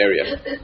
area